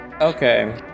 Okay